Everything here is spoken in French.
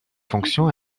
fonction